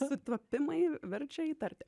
sutapimai verčia įtarti